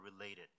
related